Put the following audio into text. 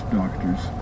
doctors